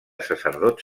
sacerdots